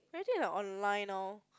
everything is like online now